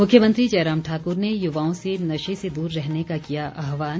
मुख्यमंत्री जयराम ठाकुर ने युवाओं से नशे से दूर रहने का किया आहवान